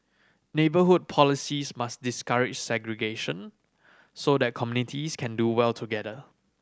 neighbourhood policies must discourage segregation so that communities can do well together